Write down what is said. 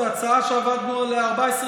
זו הצעה שעבדנו עליה 14 דיונים.